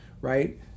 right